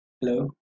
Hello